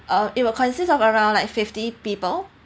uh it will consist of around like fifty people